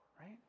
right